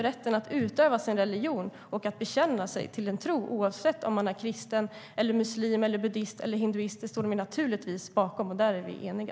Rätten att utöva sin religion och rätten att bekänna sig till en tro, oavsett om man är kristen, muslim, buddhist eller hindu, står vi naturligtvis bakom. Där är vi eniga.